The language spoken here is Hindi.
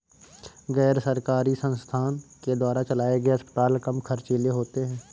गैर सरकारी संस्थान के द्वारा चलाये गए अस्पताल कम ख़र्चीले होते हैं